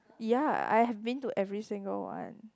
ya I have been to every single one